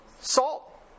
salt